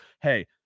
hey